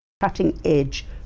cutting-edge